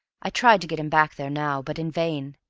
i tried to get him back there now, but in vain.